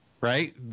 right